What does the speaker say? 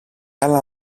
άλλα